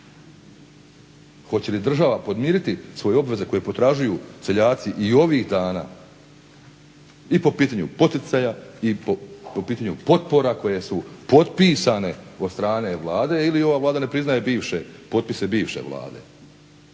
Hoće li država podmiriti svoje obveze koje potražuju seljaci i ovih dana i po pitanju poticaja i po pitanju potpora koje su potpisane od strane Vlade ili ova Vlada ne priznaje bivše, potpise bivše Vlade,